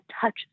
touch